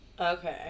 Okay